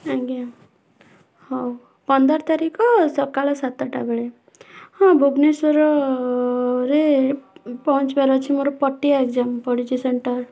ଆଜ୍ଞା ହଉ ପନ୍ଦର ତାରିଖ ସକାଳ ସାତଟା ବେଳେ ହଁ ଭୁବନେଶ୍ୱର ରେ ପହଞ୍ଚିବାର ଅଛି ମୋର ପଟିଆ ଏକ୍ସାମ୍ ପଡ଼ିଛି ସେଣ୍ଟର୍